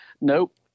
Nope